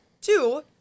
Two